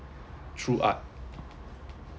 through art